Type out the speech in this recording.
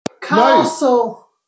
Castle